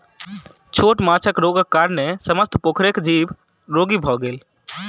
छोट माँछक रोगक कारणेँ समस्त पोखैर के जीव रोगी भअ गेल